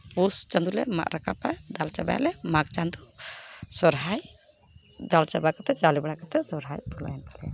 ᱯᱩᱥ ᱪᱟᱸᱫᱚᱞᱮ ᱢᱟᱜ ᱨᱟᱠᱟᱵᱟ ᱫᱟᱞ ᱪᱟᱵᱟᱭᱟᱞᱮ ᱢᱟᱜᱽ ᱪᱟᱸᱫᱚ ᱥᱚᱦᱚᱨᱟᱭ ᱫᱟᱞ ᱪᱟᱵᱟ ᱠᱟᱛᱮᱫ ᱪᱟᱣᱞᱮ ᱠᱟᱛᱮᱫ ᱥᱚᱦᱚᱨᱟᱭ ᱚᱠᱛᱚ ᱦᱮᱡ ᱮᱱ ᱛᱟᱞᱮᱭᱟ